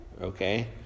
okay